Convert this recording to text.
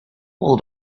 old